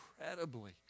incredibly